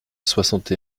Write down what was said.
soixante